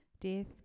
death